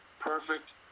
Perfect